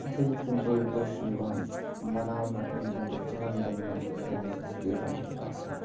بیٚیہِ کیٚنٛہہ بٔڑۍ دۄہ چھِ یِوان مَناونہٕ یِم زَن تہٕ جَنَم دِن یِمَن ریٚلِجَس لیٖڈرَن ہنٛدۍ آسان چھِ